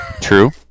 True